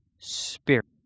Spirit